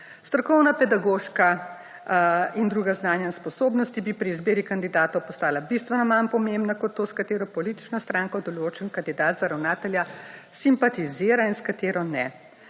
Strokovna pedagoška in druga znanja in sposobnosti bi pri izbiri kandidatov postala bistveno manj pomembna, kot to, s katero politično stranko določen kandidat za ravnatelja simpatizira in s katero ne.